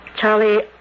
Charlie